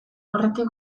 aurretik